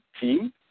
team